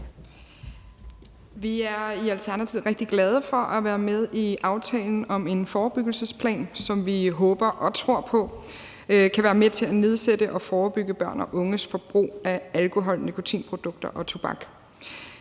Vi er i Alternativet rigtig glade for at være med i aftalen om en forebyggelsesplan, som vi håber og tror på kan være med til at nedsætte og forebygge børns og unges forbrug af alkohol, nikotinprodukter og tobak.